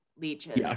leeches